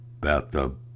bathtub